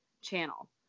channel